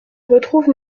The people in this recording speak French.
retrouve